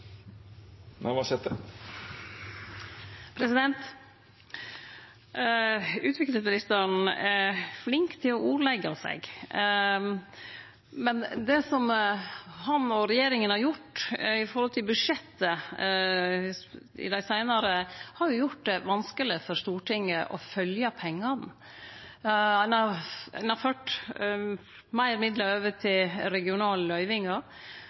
Utviklingsministeren er flink til å ordleggje seg, men det som han og regjeringa har gjort i samband med budsjettet i den seinare tida, har jo gjort det vanskelegare for Stortinget å følgje pengane. Ein har ført meir midlar over til regionale løyvingar.